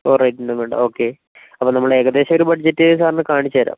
over റേറ്റൊന്നും വേണ്ട okay അപ്പം നമ്മള് ഏകദേശം ഒരു ബഡ്ജറ്റ് സാറിന് കാണിച്ചു തരാം